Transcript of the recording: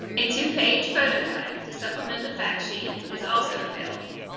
a two page photo guide to supplement the factsheet is also available.